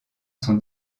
son